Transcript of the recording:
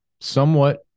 somewhat